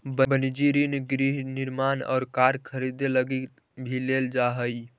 वनिजी ऋण गृह निर्माण और कार खरीदे लगी भी लेल जा हई